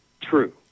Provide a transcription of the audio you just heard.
true